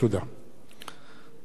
תודה לסגן מזכירת הכנסת.